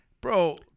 Bro